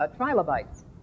trilobites